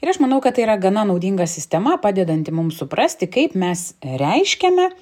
ir aš manau kad tai yra gana naudinga sistema padedanti mum suprasti kaip mes reiškiame